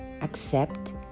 Accept